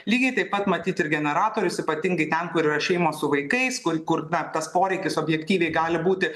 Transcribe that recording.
lygiai taip pat matyt ir generatorius ypatingai ten kur yra šeimos su vaikais kur kur na tas poreikis objektyviai gali būti